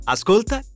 Ascolta